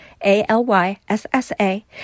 A-L-Y-S-S-A